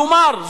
כלומר,